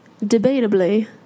debatably